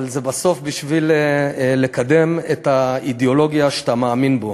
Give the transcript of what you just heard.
אבל זה בסוף בשביל לקדם את האידיאולוגיה שאתה מאמין בה.